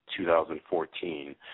2014